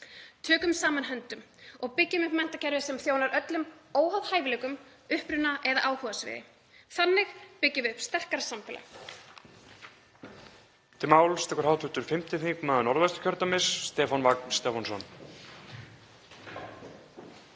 Tökum saman höndum og byggjum upp menntakerfi sem þjónar öllum óháð hæfileikum, uppruna eða áhugasviði. Þannig byggjum við upp sterkara samfélag.